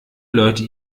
leute